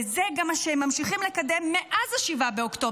וזה גם מה שהם ממשיכים לקדם מאז 7 באוקטובר,